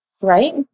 right